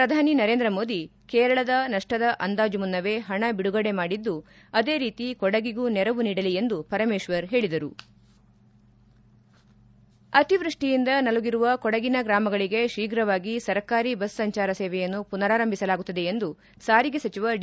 ಪ್ರಧಾನಿ ನರೇಂದ್ರ ಮೋದಿ ಕೇರಳದ ನಷ್ಟದ ಅಂದಾಜು ಮುನ್ನವೇ ಪಣ ಬಿಡುಗಡೆ ಮಾಡಿದ್ದು ಅದೇ ರೀತಿ ಕೊಡಗಿಗೂ ನೆರವು ನೀಡಲಿ ಎಂದು ಪರಮೇಶ್ವರ್ ಹೇಳಿದರು ಅತಿವ್ಯಷ್ಟಿಯಿಂದ ನಲುಗಿರುವ ಕೊಡಗಿನ ಗ್ರಾಮಗಳಿಗೆ ಶೀಘವಾಗಿ ಸರ್ಕಾರಿ ಬಸ್ ಸಂಚಾರ ಸೇವೆಯನ್ನು ಪುನರಾರಂಭಿಸಲಾಗುತ್ತದೆ ಎಂದು ಸಾರಿಗೆ ಸಚಿವ ಡಿ